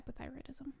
hypothyroidism